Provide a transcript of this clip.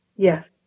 Yes